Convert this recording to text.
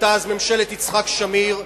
היתה אז ממשלת יצחק שמיר,